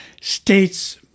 states